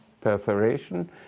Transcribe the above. perforation